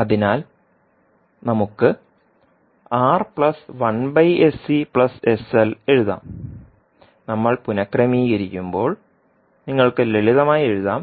അതിനാൽ നമ്മൾ5ക്ക് എഴുതാം നമ്മൾ പുനക്രമീകരിക്കുമ്പോൾ നിങ്ങൾക്ക് ലളിതമായി എഴുതാം